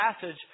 passage